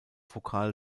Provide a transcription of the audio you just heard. vokal